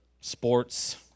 sports